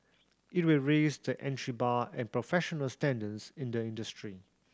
it will raise the entry bar and professional standards in the industry